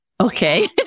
Okay